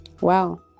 Wow